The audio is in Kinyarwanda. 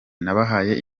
nabahaye